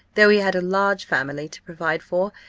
though he had a large family to provide for,